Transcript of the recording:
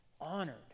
honored